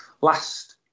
last